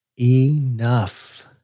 enough